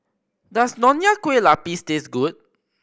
does Nonya Kueh Lapis taste good